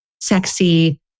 sexy